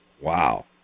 Wow